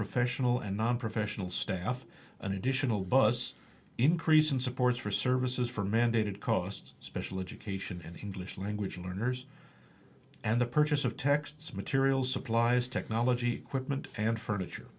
professional and nonprofessional staff an additional bus increase in support for services for mandated costs special education and endless language learners and the purchase of texts materials supplies technology equipment and furniture